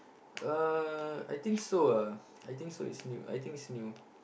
uh I think so ah I think so it's new I think it's new